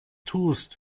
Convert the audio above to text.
tust